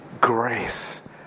grace